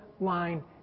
line